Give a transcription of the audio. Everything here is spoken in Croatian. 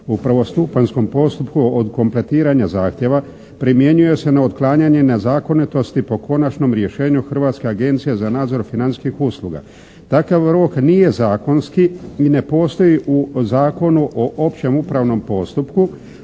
u prvostupanjskom postupku od kompletiranja zahtjeva primjenjuje se na otklanjanje nezakonitosti po konačnom rješenju Hrvatske agencije za nadzor financijskih usluga. Takav rok nije zakonski i ne postoji u Zakonu o općem upravnom postupku,